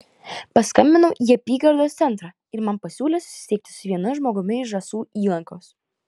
paskambinau į apygardos centrą ir man pasiūlė susisiekti su vienu žmogumi iš žąsų įlankos